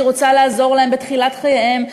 שהיא רוצה לעזור להם בתחילת חייהם,